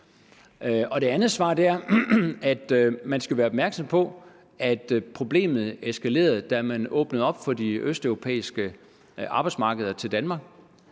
Det andet svar er, at man skal være opmærksom på, at problemet eskalerede, da man åbnede for, at østeuropæiske arbejdere kunne komme til Danmark.